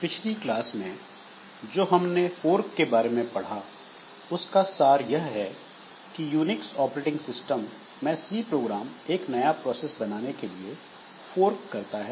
पिछली क्लास में जो हमने फोर्क के बारे में पढ़ा उसका सार यह है कि यूनिक्स ऑपरेटिंग सिस्टम में सी प्रोग्राम एक नया प्रोसेस बनाने के लिए फोर्क करता है